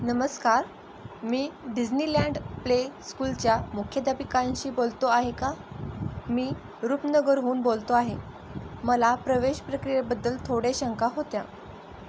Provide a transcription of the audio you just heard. नमस्कार मी Disneyland play स्कूलच्या मुख्याध्यापिकांशी बोलतो आहे का मी रूपनगरहून बोलतो आहे मला प्रवेश प्रक्रियेबद्दल थोडे शंका होत्या